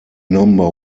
number